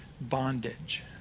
bondage